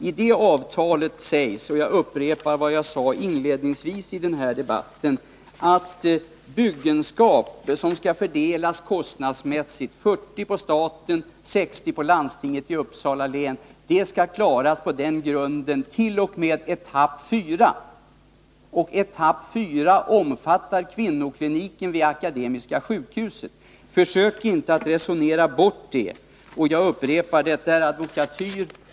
I det avtalet står det — och jag upprepar vad jag inledningsvis sade — att byggenskap som skall fördelas kostnadsmässigt, 40 26 på staten och 60 9e på landstinget i Uppsala län, skall klaras på så sätt t.o.m. etapp 4. Denna etapp omfattar kvinnokliniken vid Akademiska sjukhuset. Försök inte att resonera bort detta. Jag upprepar att det här är fråga om advokatyr.